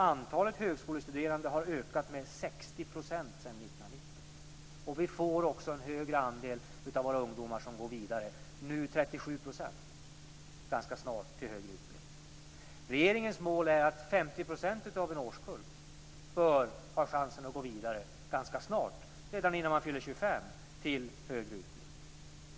Antalet högskolestuderande har ökat med 60 % sedan 1990. Vi får också en större andel av våra ungdomar som ganska snart går vidare - nu 37 %- till högre utbildning. Regeringens mål är att 50 % av en årskull ska ha chansen att gå vidare ganska snart - redan innan de fyller 25 - till högre utbildning.